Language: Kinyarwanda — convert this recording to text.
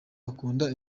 akunda